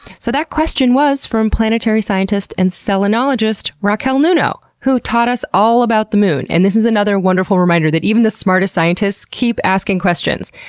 so that question was from planetary scientist and selenologist, raquel nuno, who taught us all about the moon. and this is another wonderful reminder that even the smartest scientists keep asking questions!